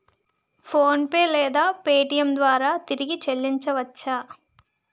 PhonePe లేదా Paytm ద్వారా తిరిగి చల్లించవచ్చ?